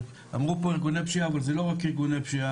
אמרו פה ארגוני פשיעה אבל זה לא רק ארגוני פשיעה,